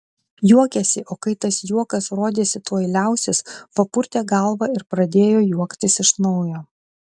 juokėsi o kai tas juokas rodėsi tuoj liausis papurtė galvą ir pradėjo juoktis iš naujo